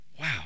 Wow